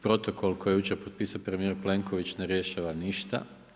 Protokol koji je jučer potpisao premjer Plenković ne rješava ništa.